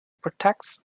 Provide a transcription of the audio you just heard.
protects